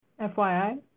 FYI